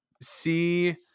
see